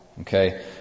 Okay